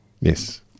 Yes